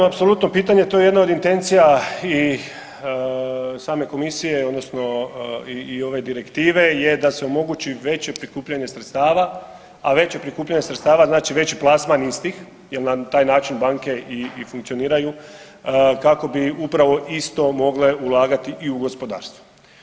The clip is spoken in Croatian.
Apsolutno pitanje, to je jedna od intencija i same komisije odnosno i ove direktive je da se omogući veće prikupljanje sredstava, a veće prikupljanje sredstava znači veći plasman istih jer nam taj način banke i funkcioniraju kako bi upravo isto mogle ulagati i u gospodarstvo.